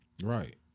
Right